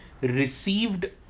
received